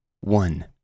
One